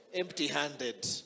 empty-handed